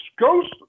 Ghost